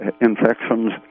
infections